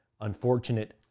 Unfortunate